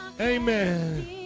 Amen